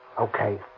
Okay